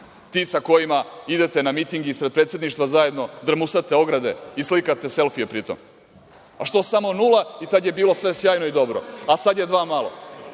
sa kojima idete na miting ispred predsedništva zajedno, drmusate ograde i slikate selfije, pri tom. A što samo nula i tada je bilo sve sjajno i dobro, a sada je dva malo.